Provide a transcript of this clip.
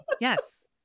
yes